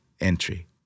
entry